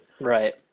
right